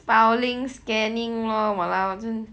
filing scanning lor !walao!